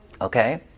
Okay